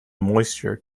moisture